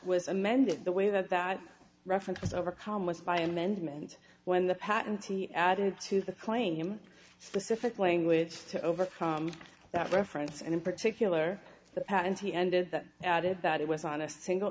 was amended the way that that reference was over commas by amendment when the patentee added to the claim specific language to overcome that reference and in particular the patent he ended that added that it was on a single